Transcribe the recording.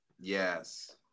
Yes